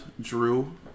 Drew